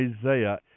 Isaiah